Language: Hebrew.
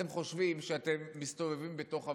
אתם חושבים שאתם מסתובבים בתוך הוועדות,